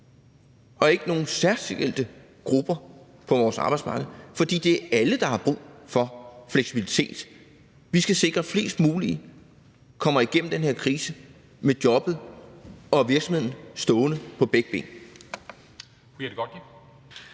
og ikke kun nogle særlige grupper på vores arbejdsmarked, for det er alle, der har brug for fleksibilitet. Vi skal sikre, at flest mulige kommer igennem den her krise med jobbet i behold og virksomheden stående på begge ben.